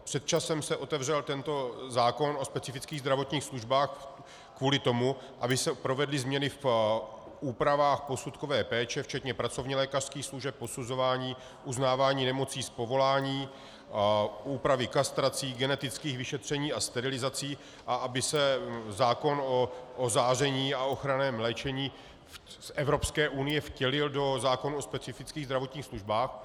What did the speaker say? Před časem se otevřel tento zákon o specifických zdravotních službách kvůli tomu, aby se provedly změny v úpravách posudkové péče včetně pracovnělékařských služeb, posuzování, uznávání nemocí z povolání, úpravy kastrací, genetických vyšetření a sterilizací a aby se zákon o záření a ochranném léčení EU vtělil do zákona o specifických zdravotnicích službách.